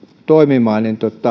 toimimaan